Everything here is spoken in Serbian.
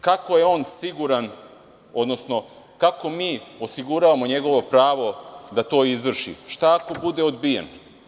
Kako je on siguran, odnosno, kako mi osiguravamo njegovom pravo da to izvrši, šta ako bude odbijen?